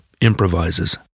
improvises